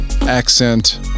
accent